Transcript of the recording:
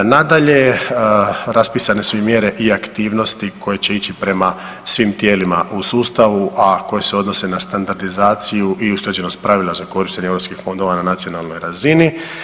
Nadalje raspisane su i mjere i aktivnosti koje će ići prema svim tijelima u sustavu a koje se odnose na standardizaciju i usklađenost pravila za korištenje europskih fondova na nacionalnoj razini.